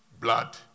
blood